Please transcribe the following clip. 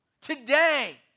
Today